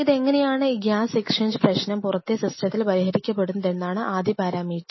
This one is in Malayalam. ഇതെങ്ങനെയാണ് ഈ ഗ്യാസ് എക്സ്ചേഞ്ച് പ്രശ്നം പുറത്തെ സിസ്റ്റത്തിൽ പരിഹരിക്കപ്പെടുന്നതെന്നാണ് ആദ്യത്തെ പാരാമീറ്റർ